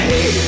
Hey